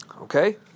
okay